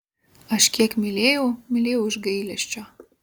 aš kiek mylėjau mylėjau iš gailesčio